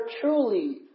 truly